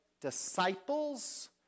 disciples